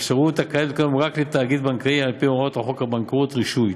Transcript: אפשרות הקיימת כיום רק לתאגיד בנקאי על-פי הוראות חוק הבנקאות (רישוי).